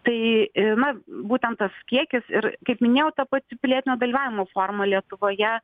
tai na būtent tas kiekis ir kaip minėjau ta pati pilietinio dalyvavimo forma lietuvoje